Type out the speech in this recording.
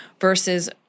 versus